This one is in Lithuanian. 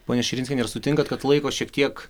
ponia širinskienė ar sutinkat kad laiko šiek tiek